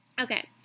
Okay